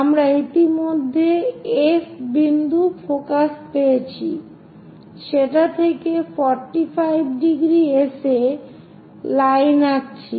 আমরা ইতিমধ্যে এই F বিন্দু ফোকাস পেয়েছি সেটা থেকে 45° s এ লাইন আঁকছি